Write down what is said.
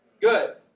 good